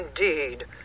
indeed